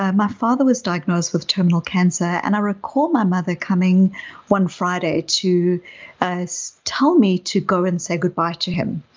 ah my father was diagnosed with terminal cancer, and i recall my mother coming one friday to tell me to go and say goodbye to him.